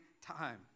time